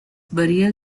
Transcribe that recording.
burial